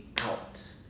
out